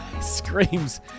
screams